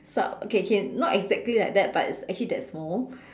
sort K K not exactly like that but it's actually that small